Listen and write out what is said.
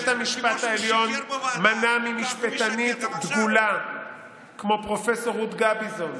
כאשר בית המשפט העליון מנע ממשפטנית דגולה כמו פרופ' רות גביזון,